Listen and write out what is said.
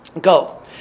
Go